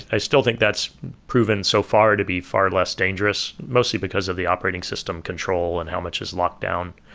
i still think that's proven so far to be far less dangerous, mostly because of the operating system control and how much is locked down.